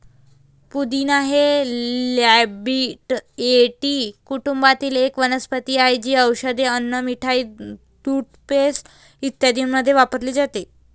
पुदिना हे लॅबिएटी कुटुंबातील एक वनस्पती आहे, जी औषधे, अन्न, मिठाई, टूथपेस्ट इत्यादींमध्ये वापरली जाते